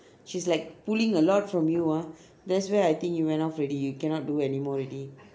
she's like pulling a lot from you ah that's where I think you went off already you cannot do anymore already